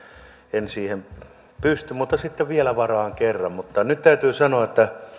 ihan en siihen pysty mutta sitten vielä varaan kerran nyt täytyy sanoa että